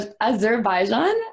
Azerbaijan